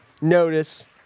notice